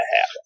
happen